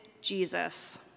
Jesus